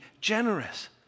generous